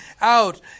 out